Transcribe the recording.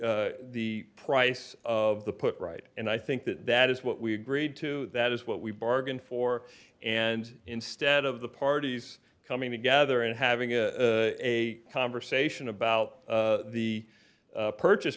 the price of the put right and i think that that is what we agreed to that is what we bargained for and instead of the parties coming together and having a conversation about the purchase